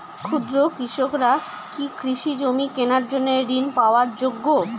ক্ষুদ্র কৃষকরা কি কৃষি জমি কেনার জন্য ঋণ পাওয়ার যোগ্য?